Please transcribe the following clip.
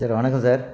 sir வணக்கம் sir